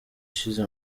ishize